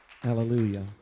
Hallelujah